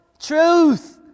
Truth